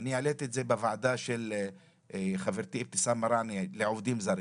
ואני העליתי את זה בוועדה של חברתי אבתיסאם מראענה לעובדים זרים.